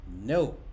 No